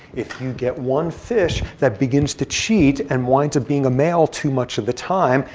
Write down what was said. if you get one fish that begins to cheat and winds up being a male too much of the time,